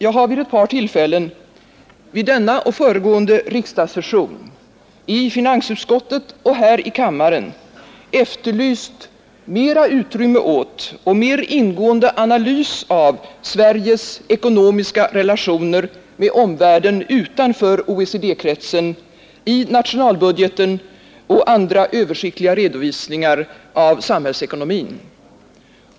Jag har vid ett par tillfällen under denna och föregående riksdagssession i finansutskottet och här i kammaren efterlyst mer utrymme åt och mer ingående analys av Sveriges ekonomiska relationer till omvärlden utanför OECD-kretsen i nationalbudgeten och andra översiktliga redovisningar av samhällsekonomin.